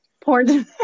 porn